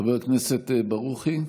חבר הכנסת ברוכי,